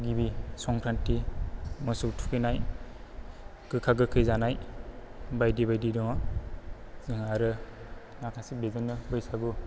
गिबि संख्रानथि मोसौ थुखैनाय गोखा गोखै जानाय बायदि बायदि दङ जों आरो माखासे बिदिनो बैसागु